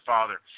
Father